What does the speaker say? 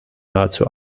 nahezu